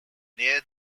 near